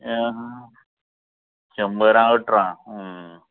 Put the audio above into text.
शंबरां अठरा